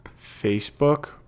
Facebook